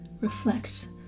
reflect